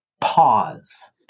pause